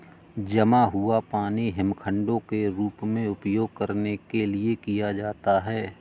जमा हुआ पानी हिमखंडों के रूप में उपयोग करने के लिए किया जाता है